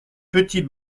petits